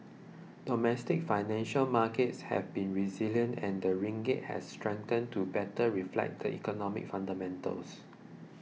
domestic financial markets have been resilient and the ringgit has strengthened to better reflect the economic fundamentals